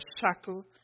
shackle